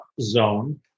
zone